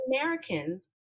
americans